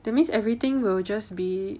that means everything will just be